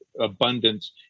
abundance